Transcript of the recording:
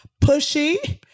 pushy